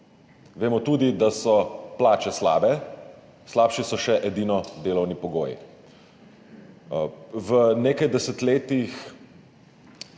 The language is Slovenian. Vemo tudi, da so plače slabe, slabši so še edino delovni pogoji. V nekaj desetletjih,